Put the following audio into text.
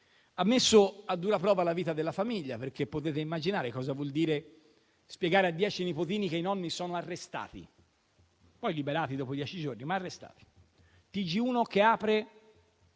ha messo a dura prova la vita della famiglia, perché potete immaginare cosa voglia dire spiegare a dieci nipotini che i nonni sono stati arrestati (e poi liberati dopo dieci giorni). Il TG1 che apre